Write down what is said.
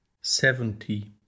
seventy